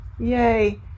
Yay